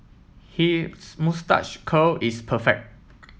his moustache curl is perfect